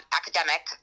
academic